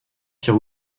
sur